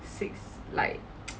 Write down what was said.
six like